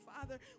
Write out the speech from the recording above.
Father